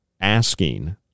asking